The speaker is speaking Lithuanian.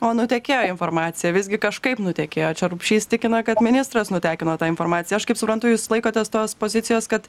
o nutekėjo informacija visgi kažkaip nutekėjo čia rupšys tikina kad ministras nutekino tą informaciją aš kaip suprantu jūs laikotės tos pozicijos kad